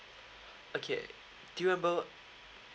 okay do you remember